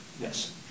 Yes